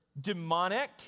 demonic